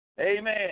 Amen